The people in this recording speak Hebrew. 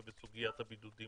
ובסוגיית הבידודים